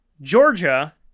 Georgia